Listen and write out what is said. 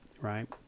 Right